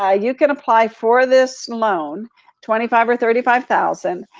ah you can apply for this loan twenty five or thirty five thousand,